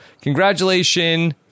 congratulations